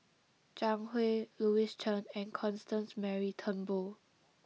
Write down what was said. Zhang Hui Louis Chen and Constance Mary Turnbull